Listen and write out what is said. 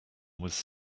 was